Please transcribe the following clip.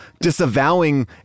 disavowing